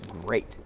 great